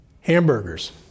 Hamburgers